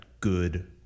good